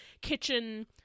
kitchen